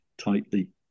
tightly